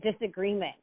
disagreement